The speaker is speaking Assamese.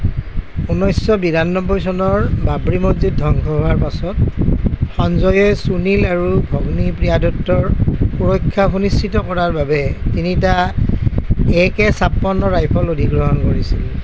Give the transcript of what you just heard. উনৈছশ বিৰান্নব্বৈ চনৰ বাবৰি মছজিদ ধ্বংস হোৱাৰ পাছত সঞ্জয়ে সুনীল আৰু ভগ্নী প্ৰিয়া দত্তৰ সুৰক্ষা সুনিশ্চিত কৰাৰ বাবে তিনিটা একে ছাপন্ন ৰাইফল অধিগ্ৰহণ কৰিছিল